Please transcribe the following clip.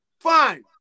fine